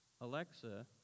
Alexa